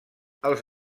els